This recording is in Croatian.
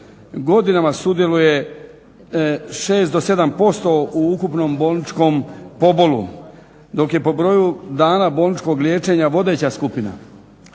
godinama sudjeluje 6 do 7% u ukupnom bolničkom pobolu dok je po broju dana bolničkog liječenja vodeća skupina.